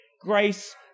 grace